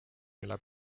mille